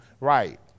Right